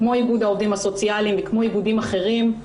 כמו איגוד העובדים הסוציאליים וכמו איגודים אחרים.